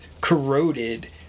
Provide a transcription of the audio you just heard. corroded